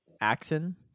Axon